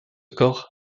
corps